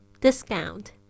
discount